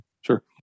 Sure